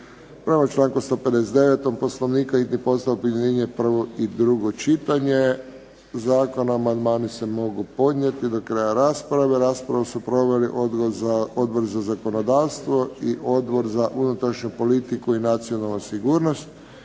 Prema članku 159. Poslovnika hitni postupak objedinjuje prvo i drugo čitanje zakona. Amandmani se mogu podnijeti do kraja rasprave. Raspravu su proveli Odbor za zakonodavstvo i Odbor za unutrašnju politiku i nacionalnu sigurnost.